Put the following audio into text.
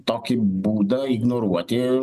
tokį būdą ignoruoti